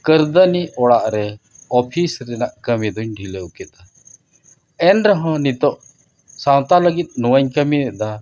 ᱠᱟᱹᱨᱫᱷᱟᱹᱱᱤ ᱚᱲᱟᱜ ᱨᱮ ᱚᱯᱷᱤᱥ ᱨᱮᱱᱟᱜ ᱠᱟᱹᱢᱤ ᱫᱚᱧ ᱰᱷᱤᱞᱟᱹᱣ ᱠᱮᱫᱟ ᱮᱱ ᱨᱮᱦᱚᱸ ᱱᱤᱛᱳᱜ ᱥᱟᱶᱛᱟ ᱞᱟᱹᱜᱤᱫ ᱱᱚᱣᱟᱧ ᱠᱟᱹᱢᱤᱭᱮᱫᱟ